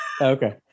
okay